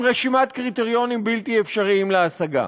עם רשימת קריטריונים בלי אפשריים להשגה.